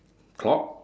clock